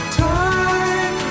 time